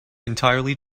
entirely